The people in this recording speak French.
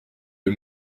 des